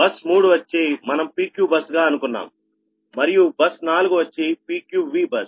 bus 3 వచ్చి మనం PQ bus గా అనుకున్నాం మరియు బస్ 4 వచ్చి PQV బస్